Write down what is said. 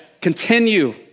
Continue